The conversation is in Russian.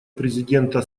президента